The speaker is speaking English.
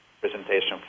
presentation